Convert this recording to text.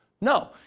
No